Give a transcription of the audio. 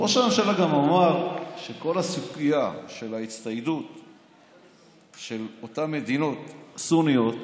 ראש הממשלה גם אמר שכל הסוגיה של ההצטיידות של אותן מדינות סוניות